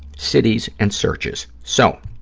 cities and searches. so,